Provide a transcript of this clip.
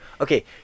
Okay